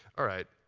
all right.